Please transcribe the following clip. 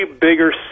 bigger